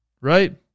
right